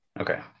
Okay